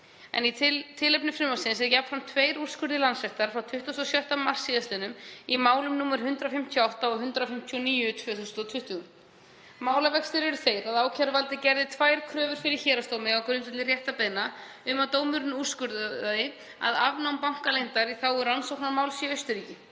En tilefni frumvarpsins er jafnframt tveir úrskurðir Landsréttar frá 26. mars sl. í málum nr. 158 og 159/2020. Málavextir eru þeir að ákæruvaldið gerði tvær kröfur fyrir héraðsdómi á grundvelli réttarbeiðna um að dómurinn úrskurðaði um afnám bankaleyndar í þágu rannsóknar máls í Austurríki.